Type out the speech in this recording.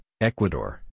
Ecuador